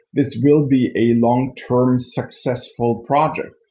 this will be a long-term successful project.